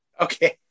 okay